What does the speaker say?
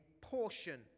portion